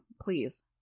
please